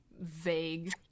vague